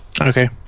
Okay